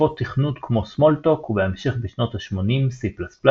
שפות תכנות כמו Smalltalk ובהמשך בשנות השמונים C++,